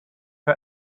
for